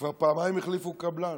כבר פעמיים החליפו קבלן.